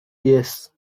yes